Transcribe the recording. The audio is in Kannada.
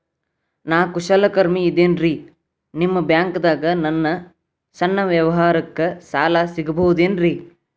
ನಾ ಕುಶಲಕರ್ಮಿ ಇದ್ದೇನ್ರಿ ನಿಮ್ಮ ಬ್ಯಾಂಕ್ ದಾಗ ನನ್ನ ಸಣ್ಣ ವ್ಯವಹಾರಕ್ಕ ಸಾಲ ಸಿಗಬಹುದೇನ್ರಿ?